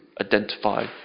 identify